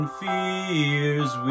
fears